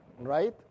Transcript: right